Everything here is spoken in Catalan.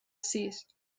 sis